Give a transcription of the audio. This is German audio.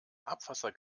abwasser